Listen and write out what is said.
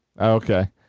Okay